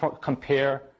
compare